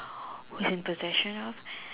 who's in procession of